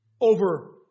Over